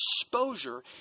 exposure